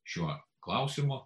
šiuo klausimu